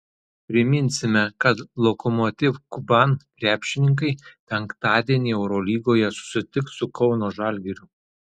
priminsime kad lokomotiv kuban krepšininkai penktadienį eurolygoje susitiks su kauno žalgiriu